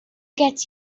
gets